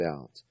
out